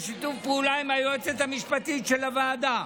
בשיתוף פעולה עם היועצת המשפטית של הוועדה,